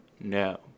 No